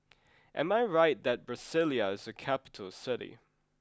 am I right that Brasilia is a capital city